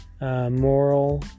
Moral